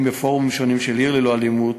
בפורומים שונים של "עיר ללא אלימות"